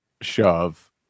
shove